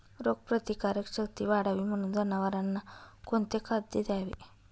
रोगप्रतिकारक शक्ती वाढावी म्हणून जनावरांना कोणते खाद्य द्यावे?